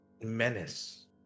menace